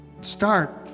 Start